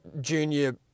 junior